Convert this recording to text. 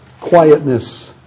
quietness